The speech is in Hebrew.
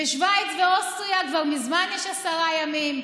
בשווייץ ואוסטריה כבר מזמן יש עשרה ימים,